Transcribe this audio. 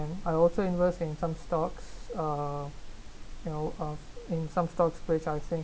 I also invest in some stocks uh you know uh in some stocks which I think